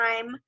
time